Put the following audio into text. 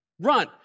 run